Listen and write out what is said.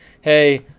hey